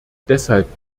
deshalb